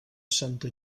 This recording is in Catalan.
santa